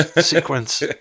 sequence